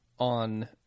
on